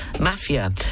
mafia